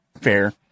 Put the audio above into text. fair